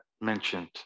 mentioned